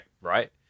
right